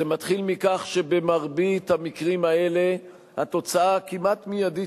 זה מתחיל מכך שבמרבית המקרים האלה התוצאה הכמעט-מיידית